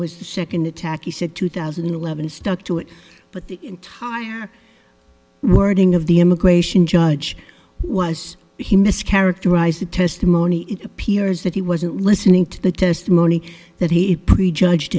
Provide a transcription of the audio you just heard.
was the second attack you said two thousand and eleven stuck to it but the entire wording of the immigration judge was he mischaracterized the testimony it appears that he wasn't listening to the testimony that he prejudged